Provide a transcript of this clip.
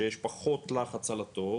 שיש פחות לחץ על התור,